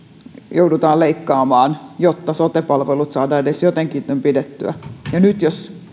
joudutaan leikkaamaan jotta sote palvelut saadaan edes jotenkuten pidettyä nyt jos